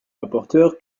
rapporteur